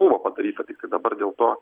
buvo padaryta tiktai dabar dėl to